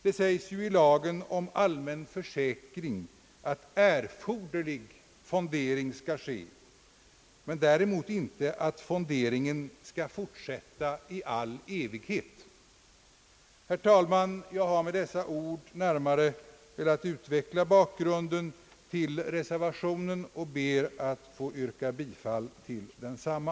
Det föreskrivs ju i lagen om allmän försäkring, att erforderlig fondering skall ske men däremot inte att fonderingen skall fortsätta i all evighet. Herr talman! Jag har med dessa ord velat närmare utveckla bakgrunden till reservationen. Jag ber att få yrka bifall till densamma.